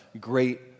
great